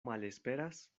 malesperas